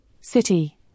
City